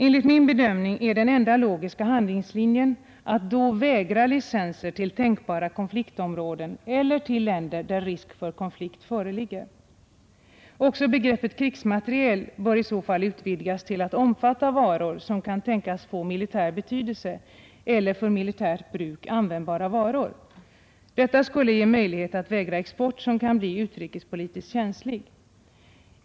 Enligt min bedömning är den enda logiska handlingslinjen att då vägra licenser till tänkbara konfliktområden eller till länder där risk för konflikt föreligger. Också begreppet krigsmateriel bör i så fall utvidgas till att omfatta varor som kan tänkas få militär betydelse eller för militärt bruk användbara varor. Detta skulle ge möjlighet att vägra export som kan bli utrikespolitiskt känslig.